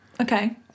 Okay